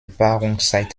paarungszeit